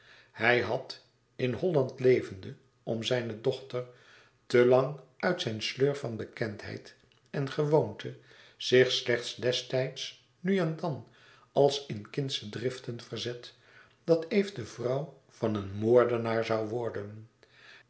hij had in holland levende om zijne dochter te lang uit zijn sleur van bekendheid en gewoonte zich slechts destijds nu en dan als in kindsche driften verzet dat eve de vrouw van een moordenaar zoû worden